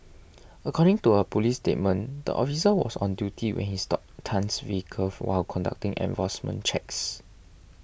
according to a police statement the officer was on duty when he stopped Tan's vehicle while conducting enforcement checks